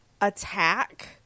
attack